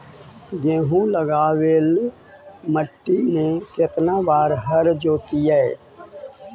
गेहूं लगावेल मट्टी में केतना बार हर जोतिइयै?